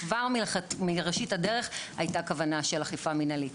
וכבר מראשית הדרך הייתה כוונה של אכיפה מנהלית,